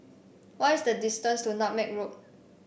what is the distance to Nutmeg Road